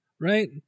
right